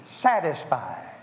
satisfied